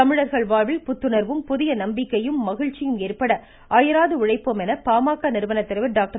தமிழர்கள் வாழ்வில் புத்துணர்வும் புதிய நம்பிக்கையும் மகிழ்ச்சியும் ஏற்பட அயராது உழைப்போம் என பாமக நிறுவனத் தலைவர் டாக்டர்